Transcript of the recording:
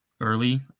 early